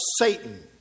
Satan